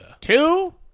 two